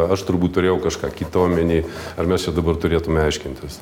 aš turbūt turėjau kažką kitą omeny ar mes čia dabar turėtume aiškintis